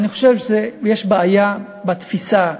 אני חושב שיש בעיה בתפיסה,